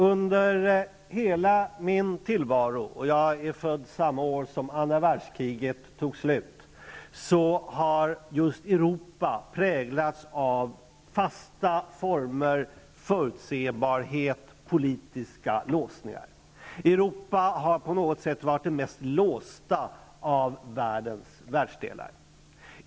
Under hela min tillvaro -- och jag är född samma år som andra världskriget tog slut -- har just Europa präglats av fasta former, förutsebarhet och politiska låsningar. Europa har på något sätt varit den mest låsta av världens världsdelar.